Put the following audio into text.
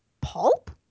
Pulp